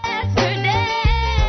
Yesterday